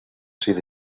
sido